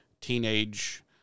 teenage